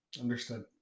Understood